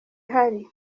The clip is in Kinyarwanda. ihari